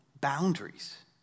boundaries